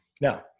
Now